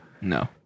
No